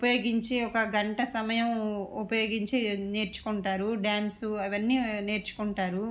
ఉపయోగించి ఒక గంట సమయం ఉపయోగించి నేర్చుకుంటారు డ్యాన్స్ అవన్నీ నేర్చుకుంటారు